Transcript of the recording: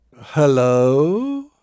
Hello